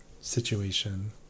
situation